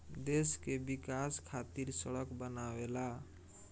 देश के विकाश खातिर सड़क बनावेला